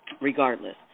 regardless